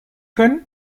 können